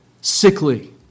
sickly